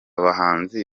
bahanzi